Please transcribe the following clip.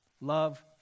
Love